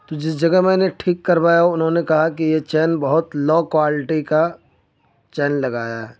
تو جس جگہ میں نے ٹھیک کروایا انہوں نے کہا کہ یہ چین بہت لو کوالٹی کا چین لگایا ہے